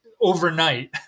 overnight